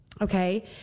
okay